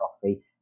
coffee